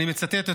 ואני מצטט אותו: